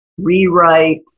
rewrites